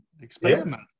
Experiment